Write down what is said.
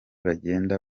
bagenda